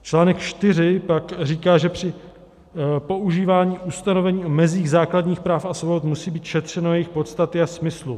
Článek čtyři pak říká, že při používání ustanovení o mezích základních práv a svobod musí být šetřeno jejich podstaty a smyslu.